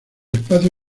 espacio